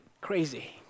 crazy